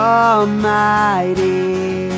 almighty